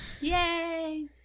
Yay